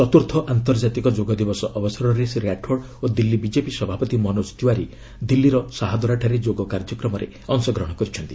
ଚତୁର୍ଥ ଆନ୍ତର୍ଜାତିକ ଯୋଗ ଦିବସ ଅବସରରେ ଶ୍ରୀ ରାଠୋଡ୍ ଓ ଦିଲ୍ଲୀ ବିକେପି ସଭାପତି ମନୋଜ ତିୱାରୀ ଦିଲ୍ଲାର ଶାହାଦରାଠାରେ ଯୋଗ କାର୍ଯ୍ୟକ୍ରମରେ ଅଂଶଗ୍ରହଣ କରିଛନ୍ତି